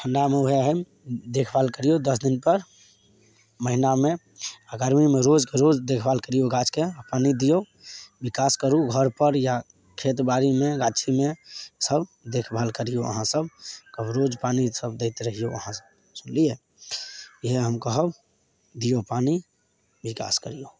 ठण्डामे वएह हइ देखभाल करिऔ दस दिनपर महिनामे आओर गरमीमे रोज रोज देखभाल करिऔ गाछके पानी दिऔ विकास करू घरपर या खेत बाड़ीमे गाछीमे सब देखभाल करिऔ अहाँसभ कहब रोज पानीसब दैत रहिऔ अहाँसभ सुनलिए इएह हम कहब दिऔ पानी विकास करिऔ